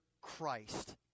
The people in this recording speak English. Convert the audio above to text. Christ